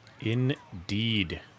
Indeed